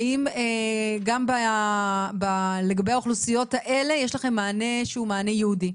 האם גם לגבי האוכלוסיות האלה יש לכם מענה שהוא מענה ייעודי?